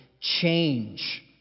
change